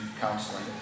counseling